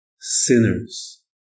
sinners